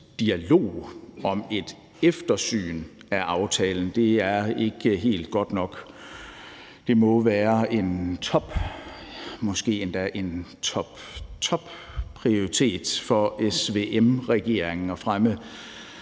om et eftersyn af aftalen er ikke helt godt nok. Det må være en topprioritet, måske endda en